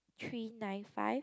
three nine five